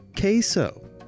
Queso